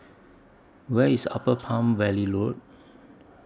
Where IS Upper Palm Valley Road